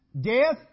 Death